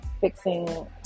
fixing